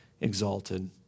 exalted